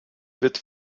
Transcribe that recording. wird